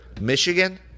Michigan